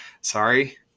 sorry